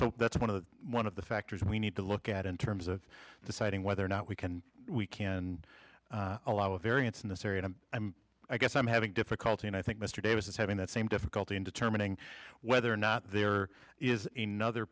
so that's one of the one of the factors we need to look at in terms of deciding whether or not we can we can allow a variance in this area and i guess i'm having difficulty and i think mr davis is having that same difficulty in determining whether or not there is a nother